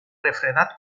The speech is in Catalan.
refredat